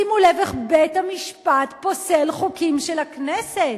שימו לב איך בית-המשפט פוסל חוקים של הכנסת.